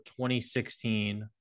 2016